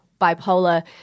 bipolar